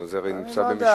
אבל זה הרי נמצא בבית-המשפט.